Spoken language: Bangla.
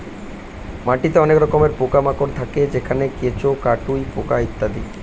মাটিতে অনেক রকমের পোকা মাকড় থাকে যেমন কেঁচো, কাটুই পোকা ইত্যাদি